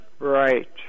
Right